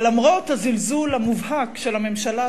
אבל למרות הזלזול המובהק של הממשלה,